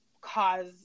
cause